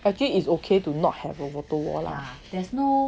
actually it's okay to not have a photo wall lah